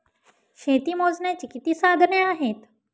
शेती मोजण्याची किती साधने आहेत?